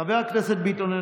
חברת הכנסת ביטון,